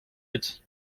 leid